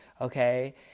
okay